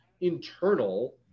internal